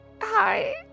Hi